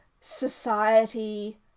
society